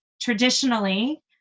traditionally